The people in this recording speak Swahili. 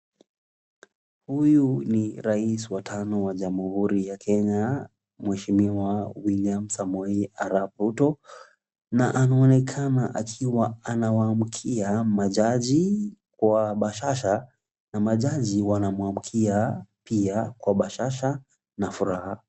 Huyu ni rais wa tano wa jamhuri ya Kenya Mheshimiwa William Samoei Arap Ruto na anaonekana akiwa anawamkia majaji kwa bashasha na majaji wanamwamkia pia kwa bashasha na furaha.